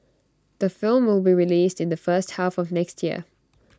the film will be released in the first half of next year